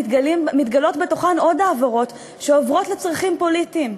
מתגלות בתוכן עוד העברות שעוברות לצרכים פוליטיים,